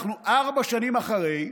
אנחנו ארבע שנים אחרי,